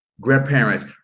Grandparents